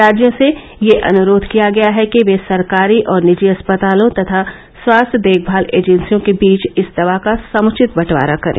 राज्यों से यह अनुरोध किया गया है कि वे सरकारी और निजी अस्पतालों तथा स्वास्थ्य देखभाल एजेंसियों के बीच इस दवा का समुचित बंटवारा करें